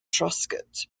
truscott